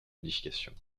modifications